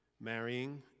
marrying